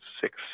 six